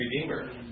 redeemer